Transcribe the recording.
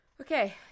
Okay